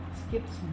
skips